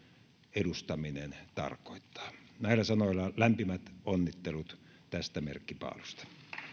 edustaminen tarkoittaa näillä sanoilla lämpimät onnittelut tästä merkkipaalusta